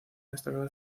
destacada